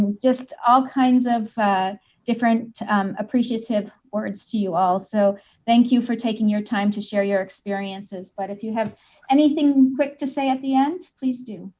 just all kinds of different appreciative words to you all. so thank you for taking your time to share your experiences, but if you have anything quick to say at the end, please do.